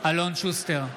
אלון שוסטר,